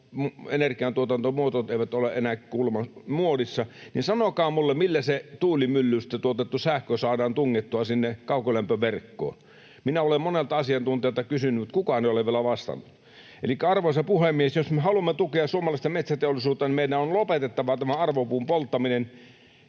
energiantuotantomuodot eivät ole enää kuulemma muodissa, niin sanokaa minulle, millä se tuulimyllystä tuotettu sähkö saadaan tungettua sinne kaukolämpöverkkoon. Minä olen monelta asiantuntijalta kysynyt. Kukaan ei ole vielä vastannut. Elikkä, arvoisa puhemies, jos me haluamme tukea suomalaista metsäteollisuutta, niin meidän on lopetettava tämä arvopuun polttaminen.